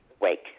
wake